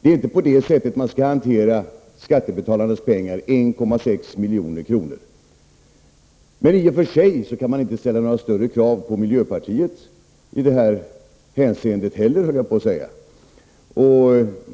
Det är inte på det sättet man skall hantera skattebetalarnas pengar — 1,6 milj.kr. i det här fallet. I och för sig kan man inte ställa några större krav på miljöpartiet — inte i det här hänseendet heller, hade jag så när sagt.